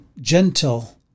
gentle